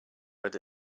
but